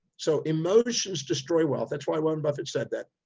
so emotions destroy wealth. that's why warren buffett said that.